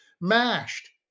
mashed